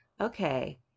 okay